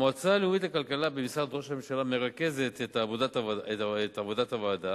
המועצה הלאומית לכלכלה במשרד ראש הממשלה מרכזת את עבודת הוועדה.